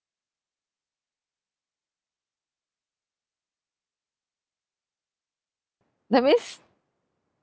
that means